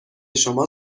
شما